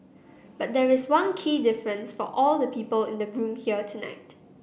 but there is one key difference for all the people in the room here tonight